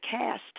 cast